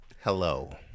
Hello